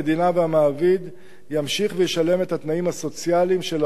והמעביד ימשיך וישלם את התנאים הסוציאליים של העובד